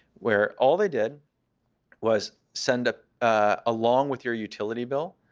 where all they did was send up along with your utility bill,